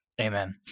Amen